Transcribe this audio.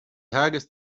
highest